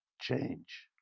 change